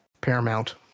Paramount